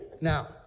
now